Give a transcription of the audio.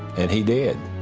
and he did.